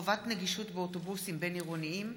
חובת נגישות באוטובוסים בין-עירוניים),